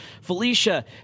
Felicia